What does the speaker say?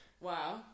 Wow